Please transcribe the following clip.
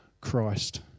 Christ